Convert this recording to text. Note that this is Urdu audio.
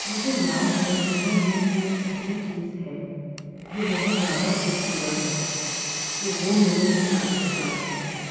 مجھے یاد ہے دنیا میں کوئی ایسی چیز ہے جو بہت زیادہ خوبصورت ہے تو وہ میرے حساب سے تاج محل ہے